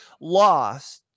lost